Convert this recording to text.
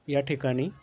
या ठिकाणी